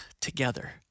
together